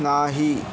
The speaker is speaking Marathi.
नाही